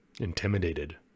intimidated